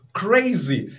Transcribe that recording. crazy